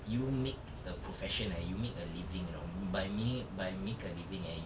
you make the profession ah you make a living you know by meani~ by make a living ah you